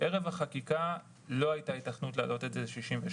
ערב החקיקה לא הייתה היתכנות להעלות את גיל הפרישה